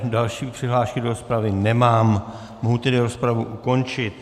Další přihlášky do rozpravy nemám, mohu tedy rozpravu ukončit.